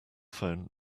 phone